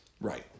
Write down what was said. Right